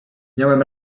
miałem